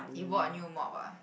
you bought a new mop ah